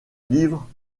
livre